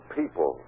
people